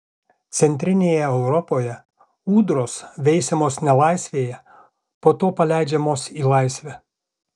centrinėje europoje ūdros veisiamos nelaisvėje po to paleidžiamos į laisvę